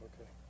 Okay